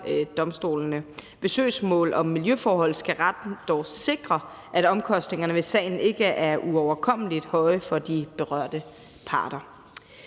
domstolene. Ved søgsmål om miljøforhold skal retten dog sikre, at omkostningerne ved sagen ikke er uoverkommelig høje for de berørte parter.